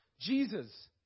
Jesus